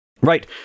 right